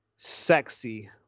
Sexy